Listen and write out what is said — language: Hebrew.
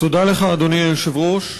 תודה לך, אדוני היושב-ראש.